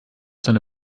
seine